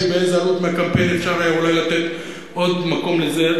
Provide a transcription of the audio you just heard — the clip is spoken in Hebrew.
באיזה עלות של הקמפיין אפשר יהיה אולי לתת עוד מקום לזה.